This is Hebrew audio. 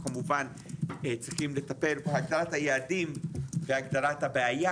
כמובן צריכים לטפל בהגדרת היעדים והגדרת הבעיה.